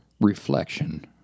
reflection